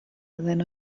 than